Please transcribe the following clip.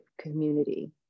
community